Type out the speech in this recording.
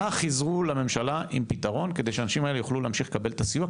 נא חיזרו לממשלה עם פתרון כדי שאנשים האלה יוכלו להמשיך לקבל את הסיוע,